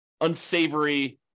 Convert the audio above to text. unsavory